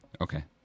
Okay